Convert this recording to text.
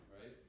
right